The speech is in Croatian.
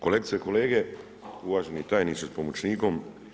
Kolegice i kolege, uvaženi tajniče sa pomoćnikom.